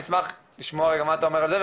אני אשמח לשמוע רגע מה אתה אומר על זה,